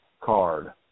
card